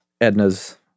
edna's